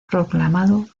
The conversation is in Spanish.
proclamado